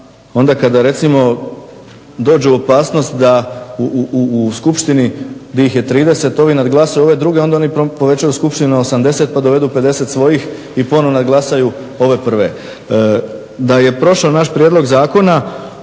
Da je prošao naš prijedlog zakona